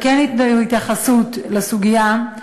התייחסות לסוגיה,